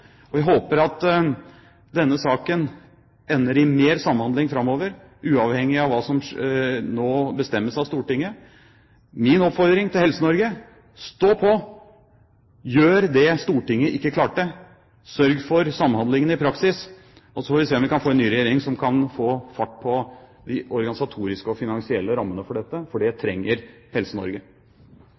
og vi håper at denne saken ender i mer samhandling framover, uavhengig av hva som nå bestemmes av Stortinget. Min oppfordring til Helse-Norge: Stå på! Gjør det Stortinget ikke klarte. Sørg for samhandlingen i praksis, og så får vi se om vi kan få en ny regjering som kan få fart på de organisatoriske og finansielle rammene. For det trenger